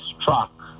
struck